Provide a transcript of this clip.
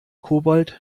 kobold